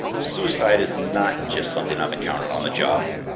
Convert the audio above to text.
suicide is not just something i've encountered on the job.